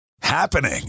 happening